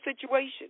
situation